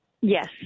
Yes